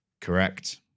Correct